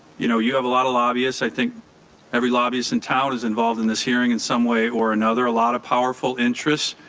you know you have a lot of lobbyists, i think every lobbyist in town is involved in this hearing in some way or another. a lot of powerful interests.